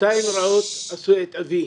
שתיים רעות עשו את אבי,